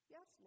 Yes